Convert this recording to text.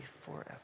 forever